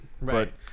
Right